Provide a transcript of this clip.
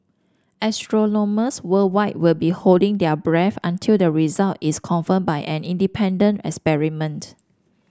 astronomers worldwide will be holding their breath until the result is confirmed by an independent experiment